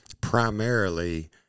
primarily